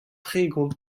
tregont